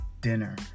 dinner